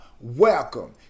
welcome